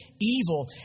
evil